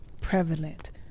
prevalent